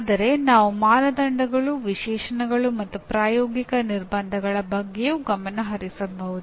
ಆದರೆ ನಾವು ಮಾನದಂಡಗಳು ವಿಶೇಷಣಗಳು ಮತ್ತು ಪ್ರಾಯೋಗಿಕ ನಿರ್ಬಂಧಗಳ ಬಗ್ಗೆಯೂ ಗಮನ ಹರಿಸಬಹುದು